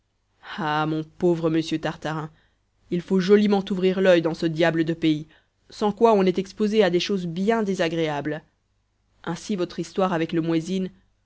ah mon pauvre monsieur tartarin il faut joliment ouvrir l'oeil dans ce diable de pays sans quoi on est exposé à des choses bien désagréables ainsi votre histoire avec le